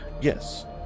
Yes